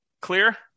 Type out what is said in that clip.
Clear